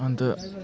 अन्त